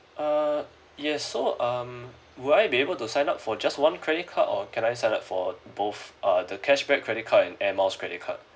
err yes so um would I be able to sign up for just one credit card or can I sign up for both uh the cashback credit card and air miles credit card